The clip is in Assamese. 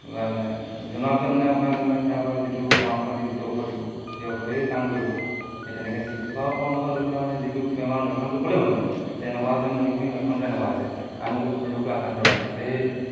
বা এইবিলাক জনোৱাৰ পিছত মানে আপোনাক মানে তাৰপৰা যিটো পৰামৰ্শ দি যিটো ঔষধ দিব সেই ঔষধেই কাম কৰিব সেই তেনেকৈ চিকিৎসাকও পৰামৰ্শ লৈ পেলাই মানে যিটো বেমাৰৰ লক্ষণটো ক'লেই হ'ল মানে যে এনেকুৱা হৈছে মুগীখিনি লক্ষণটো এনেকুৱা হৈছে আমুক ৰোগটো আকান্ত হৈছে তেতিয়া সেই